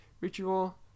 Ritual